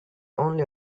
only